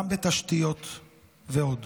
גם בתשתיות ועוד.